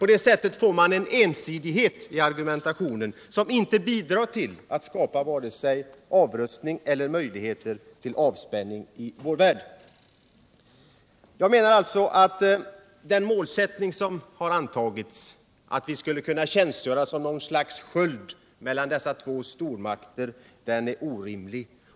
På det sättet får man en ensidighet i argumentationen som inte bidrar till att skapa vare sig avrustning eller möjligheter till avspänning i vår värld. Jag menar alltså att den målsättning som har antagits, att vi skulle kunna tjänstgöra som något slags sköld mellan dessa två stormakter, är orimlig.